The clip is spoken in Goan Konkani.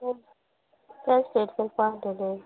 के केंस स्ट्रेट करता आल्हलें